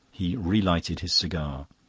he relighted his cigar.